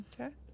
Okay